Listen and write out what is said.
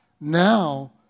now